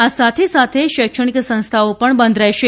આ સાથે શૈક્ષણિક સંસ્થાઓ પણ બંધ રહેશે